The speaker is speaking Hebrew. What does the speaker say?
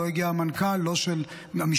לא הגיע המנכ"ל, לא של המשטרה,